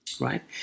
right